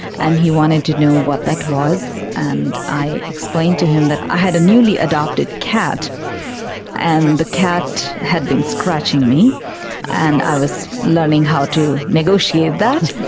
and he wanted to know what that was and i explained to him that i had a newly adopted cat and the cat had been scratching me and i was learning how to negotiate that.